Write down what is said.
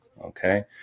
okay